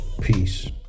Peace